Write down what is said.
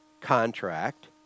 contract